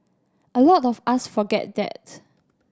a lot of us forget that's